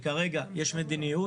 כרגע יש מדיניות,